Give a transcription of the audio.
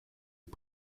est